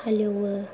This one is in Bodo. हालेउयो